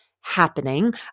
happening